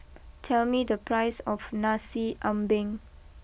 tell me the price of Nasi Ambeng